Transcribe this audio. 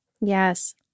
Yes